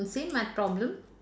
same my problem